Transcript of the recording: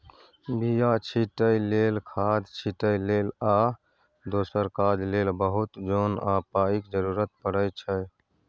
बीया छीटै लेल, खाद छिटै लेल आ दोसर काज लेल बहुत जोन आ पाइक जरुरत परै छै